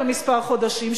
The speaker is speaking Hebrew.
לכמה חודשים.